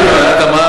העלאת המס,